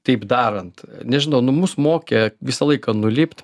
taip darant nežinau nu mus mokė visą laiką nulipt